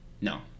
No